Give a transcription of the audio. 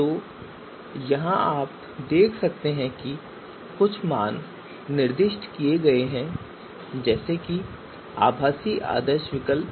तो यहां आप देख सकते हैं कि कुछ मान निर्दिष्ट किए गए हैंजैसे की आभासी आदर्श विकल्प